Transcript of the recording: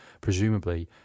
presumably